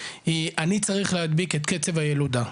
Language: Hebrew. היא אני צריך להדביק את קצב הילודה,